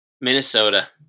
Minnesota